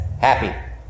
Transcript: happy